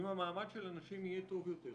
אם המעמד של הנשים יהיה טוב יותר.